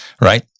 right